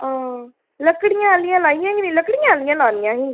हां लकड़ियें आह्लियां लाइयां गै निं लकड़ियें आह्लियां लानियां हीं